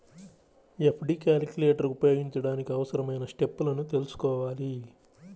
FD calculator ఉపయోగించడానికి అవసరమైన స్టెప్పులను తెల్సుకోవాలి